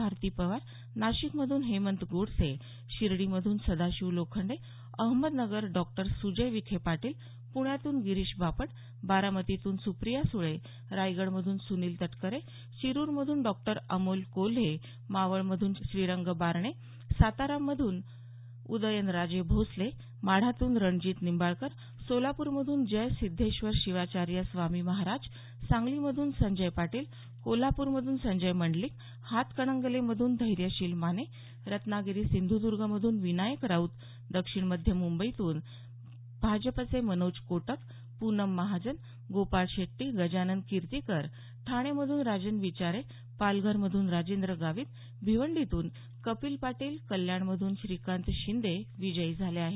भारती पवार नाशिकमधून हेमंत गोडसे शिर्डीमधून सदाशिव लोखंडे अहमदनगर डॉक्टर सुजय विखे पाटील पुण्यातून गिरीश बापट बारामतीतून सुप्रिया सुळे रायगडमधून सुनील तटकरे शिरूरमधून डॉक्टर अमोल कोल्हे मावळमधून श्रीरंग बारणे सातारामधून उदयन राजे भोसले माढातून रणजीत निंबाळकर सोलापूरमधून जय सिद्धेश्वर शिवाचार्य स्वामी महाराज सांगलीमधून संजय पाटील कोल्हापूरमधून संजय मंडलिक हातकणंगलेमधून धैयशिल माने रत्नागिरी सिंधुर्द्र्गमधून विनायक राऊत दक्षिण मध्य मुंबईतून शिवसेनेचे राहूल शेवाळे अरविंद सावंत उत्तर पूर्व मुंबईतून भाजपचे मनोज कोटक पूनम महाजन गोपाळ शेट्टी गजानन किर्तीकर ठाणेमधून राजन विचारे पालघरमधून राजेंद्र गावित भिवंडीतून कपिल पाटील कल्याणमधून श्रीकांत शिंदे विजयी झाले आहेत